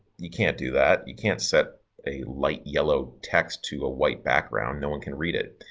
you can't do that. you can't set a light yellow text to a white background, no one can read it.